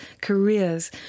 careers